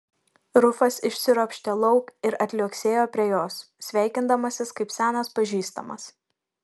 rufas išsiropštė lauk ir atliuoksėjo prie jos sveikindamasis kaip senas pažįstamas